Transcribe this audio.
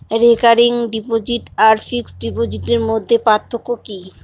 Recurring deposit আর fixed ডিপোজিটের মধ্যে পার্থক্য কি?